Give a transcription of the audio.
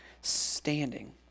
standing